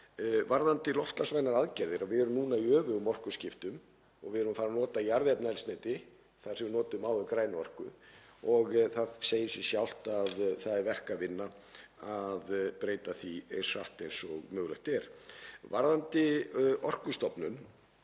Varðandi loftslagsvænar aðgerðir erum við núna í öfugum orkuskiptum, við erum að fara að nota jarðefnaeldsneyti þar sem við notuðum áður græna orku. Það segir sig sjálft að það er verk að vinna við að breyta því eins hratt og mögulegt er. Varðandi Orkustofnun